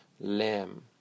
Lamb